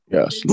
Yes